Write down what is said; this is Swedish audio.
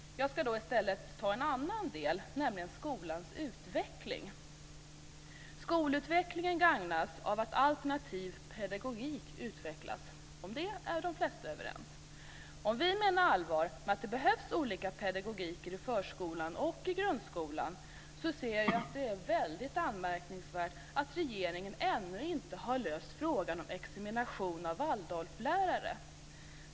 Jag ska därför i stället ta upp en annan del, nämligen skolans utveckling. Skolutvecklingen gagnas av att alternativ pedagogik utvecklas. Om detta är de flesta överens. Om vi menar allvar med att det behövs olika pedagogiker i förskolan och i grundskolan är det, anser jag, anmärkningsvärt att regeringen ännu inte löst frågan om examinationen av Waldorflärare.